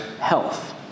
health